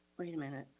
wait a minute,